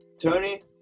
Tony